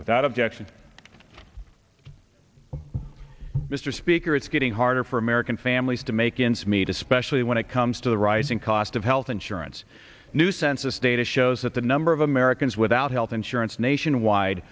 without objection mr speaker it's getting harder for american families to make ends meet especially when it comes to the rising cost of health insurance new census data shows that the number of americans without health insurance nationwide